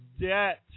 debt